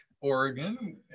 Oregon